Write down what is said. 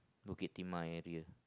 Bukit-Timah area